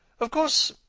of course,